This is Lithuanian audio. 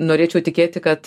norėčiau tikėti kad